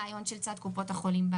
כשאנחנו מסתכלים על קופות החולים,